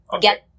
get